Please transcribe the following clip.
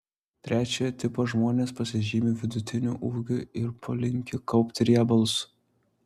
trečiojo tipo žmonės pasižymi vidutiniu ūgiu ir polinkiu kaupti riebalus